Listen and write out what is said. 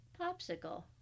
popsicle